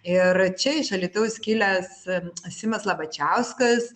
ir čia iš alytaus kilęs simas slabačiauskas